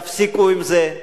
פשוט תפסיקו עם זה.